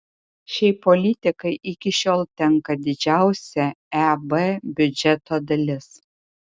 šiai politikai iki šiol tenka didžiausia eb biudžeto dalis